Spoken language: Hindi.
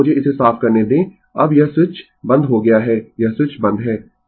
अब मुझे इसे साफ करने दें अब यह स्विच बंद हो गया है यह स्विच बंद है ठीक है